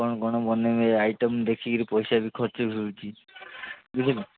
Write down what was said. କ'ଣ କ'ଣ ବନେଇବେ ଆଇଟମ୍ ଦେଖିକିରି ପଇସା ବି ଖର୍ଚ୍ଚ ହଉଛି ବୁଝିଲେ